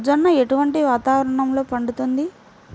జొన్న ఎటువంటి వాతావరణంలో పండుతుంది?